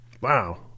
wow